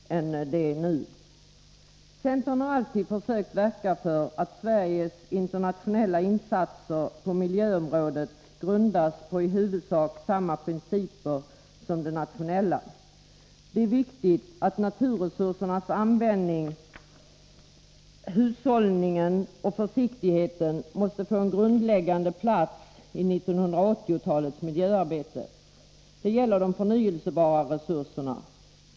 Centern har alltid försökt verka för att Sveriges internationella insatser på miljöområdet grundas på i huvudsak samma principer som de nationella. Det är viktigt att naturresursernas användning, hushållningen och försiktigheten får en grundläggande plats i 1980-talets miljöarbete. Det gäller de förnyelsebara resurserna.